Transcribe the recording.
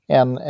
en